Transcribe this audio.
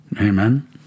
Amen